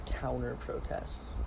counter-protests